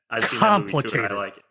complicated